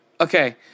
Okay